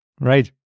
Right